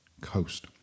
coast